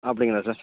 அப்படிங்களா சார்